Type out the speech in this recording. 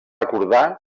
acordar